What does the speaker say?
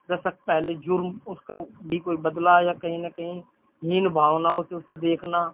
دشک پہلے جرم اس کا بھی کوئی بدلہ یا کہیں نہ کہیں ہین بھاؤناؤں سے اسے دیکھنا